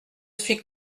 suis